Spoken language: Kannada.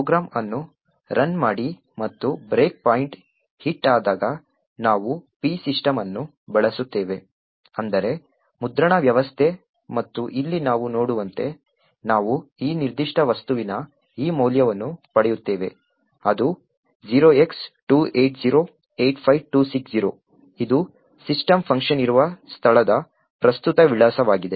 ಪ್ರೋಗ್ರಾಂ ಅನ್ನು ರನ್ ಮಾಡಿ ಮತ್ತು ಬ್ರೇಕ್ ಪಾಯಿಂಟ್ ಹಿಟ್ ಆದಾಗ ನಾವು p system ಅನ್ನು ಬಳಸುತ್ತೇವೆ ಅಂದರೆ ಮುದ್ರಣ ವ್ಯವಸ್ಥೆ ಮತ್ತು ಇಲ್ಲಿ ನಾವು ನೋಡುವಂತೆ ನಾವು ಈ ನಿರ್ದಿಷ್ಟ ವಸ್ತುವಿನ ಈ ಮೌಲ್ಯವನ್ನು ಪಡೆಯುತ್ತೇವೆ ಅದು 0x28085260 ಇದು ಸಿಸ್ಟಂ ಫಂಕ್ಷನ್ ಇರುವ ಸ್ಥಳದ ಪ್ರಸ್ತುತ ವಿಳಾಸವಾಗಿದೆ